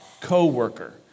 co-worker